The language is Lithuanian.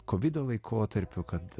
kovido laikotarpiu kad